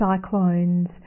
cyclones